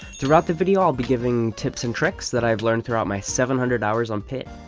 throughout the video i will be giving tips and tricks that i have learned throughout my seven hundred hours on pit.